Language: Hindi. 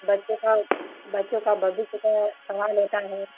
बच्चों का बच्चों का भविष्य का सवाल होता है